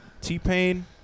T-Pain